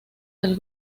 del